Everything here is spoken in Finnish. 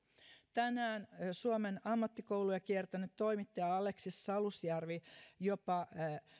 tänään suomen ammattikouluja kiertänyt toimittaja aleksis salusjärvi jopa